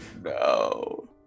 no